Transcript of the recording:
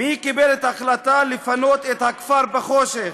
מי קיבל את ההחלטה לפנות את הכפר בחושך?